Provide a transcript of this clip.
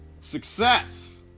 success